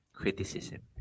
criticism